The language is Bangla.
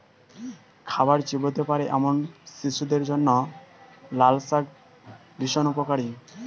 খাবার চিবোতে পারে এমন শিশুদের জন্য লালশাক ভীষণ উপকারী